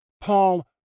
Paul